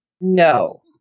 no